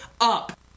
up